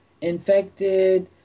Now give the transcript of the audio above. infected